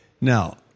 Now